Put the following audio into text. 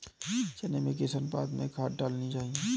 चने में किस अनुपात में खाद डालनी चाहिए?